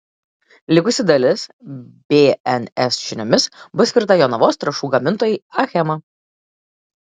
likusi dalis bns žiniomis bus skirta jonavos trąšų gamintojai achema